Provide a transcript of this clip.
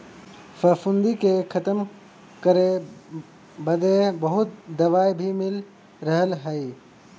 फफूंदी के खतम करे बदे बहुत दवाई भी मिल रहल हई